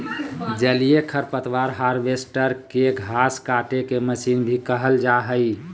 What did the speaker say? जलीय खरपतवार हार्वेस्टर, के घास काटेके मशीन भी कहल जा हई